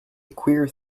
queer